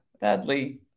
badly